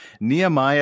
Nehemiah